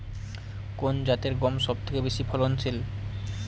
কোন জাতের গম সবথেকে বেশি ফলনশীল?